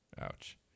Ouch